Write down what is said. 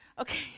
Okay